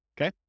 okay